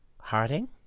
Harding